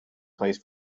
place